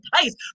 place